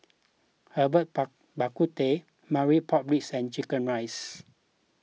Herbal Bak Ku Teh Marmite Pork Ribs and Chicken Rice